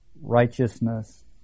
righteousness